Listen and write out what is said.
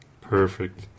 perfect